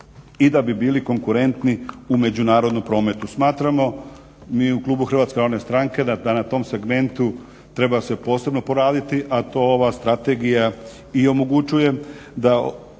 i da bi bili konkurentni u međunarodnom prometu. Smatramo mi u klubu HNS-a da na tom segmentu treba se posebno poraditi, a to ova strategija i omogućuje da